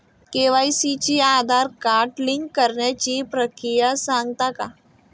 KYC शी Aadhaar card link करण्याची प्रक्रिया सांगता का?